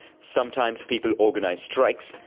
sometimes, people organize strikes,